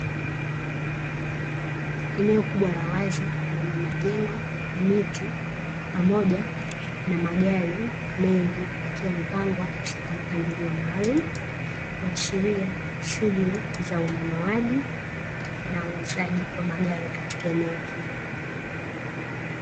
Eneo kubwa la wazi lenye majengo, miti pamoja na magari mengi yakiwa yamepangwa katika mpangilio maalumu, kuashiria shughuli za ununuaji na uuzaji wa magari katika eneo hili.